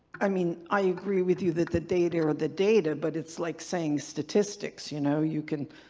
i mean i agree with you that the data are the data, but it's like saying statistics. you know you can.